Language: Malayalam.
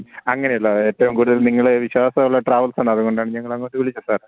അങ്ങനെ അല്ല ഏറ്റവും കൂടുതൽ നിങ്ങളെ വിശ്വാസം ഉള്ള ട്രാവല്സാണ് അത് കൊണ്ടാണ് ഞങ്ങള് അങ്ങോട്ട് വിളിച്ചത് സാര്